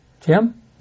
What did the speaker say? Jim